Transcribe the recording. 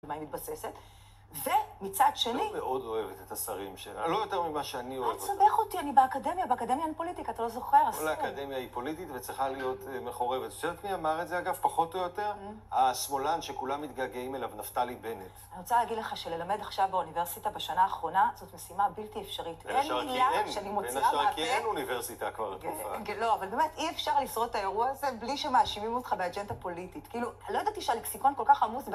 מה היא מתבססת. ומצד שני... את לא מאוד אוהבת את השרים שלה, לא יותר ממה שאני אוהב אותה. מה אתה מסבך אותי? אני באקדמיה. באקדמיה אין פוליטיקה, אתה לא זוכר? אסור. כל האקדמיה היא פוליטית וצריכה להיות מחורבת. את יודעת מי אמר את זה, אגב? פחות או יותר? השמאלן שכולם מתגעגעים אליו, נפתלי בנט. אני רוצה להגיד לך שללמד עכשיו באוניברסיטה בשנה האחרונה, זאת משימה בלתי אפשרית. בין השאר כי אין, בין השאר כי אין אוניברסיטה כבר תקופה. לא, אבל באמת, אי אפשר לשרוד את האירוע הזה בלי שמאשימים אותך באג'נדה פוליטית. כאילו, לא ידעתי שהלקסיקון כל כך עמוס ב